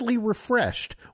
refreshed